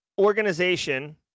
organization